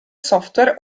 software